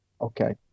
okay